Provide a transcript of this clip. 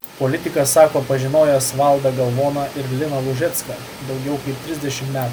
politikas sako pažinojęs valdą galvoną ir liną lužecką daugiau kaip trisdešimt metų